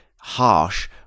harsh